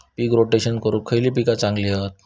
पीक rotation करूक खयली पीका चांगली हत?